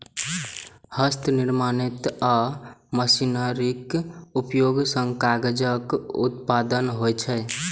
हस्तनिर्मित आ मशीनरीक उपयोग सं कागजक उत्पादन होइ छै